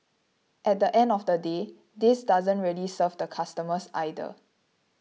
at the end of the day this doesn't really serve the customers either